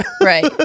Right